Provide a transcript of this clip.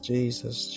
Jesus